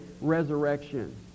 resurrection